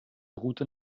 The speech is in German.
route